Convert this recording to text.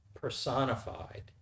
personified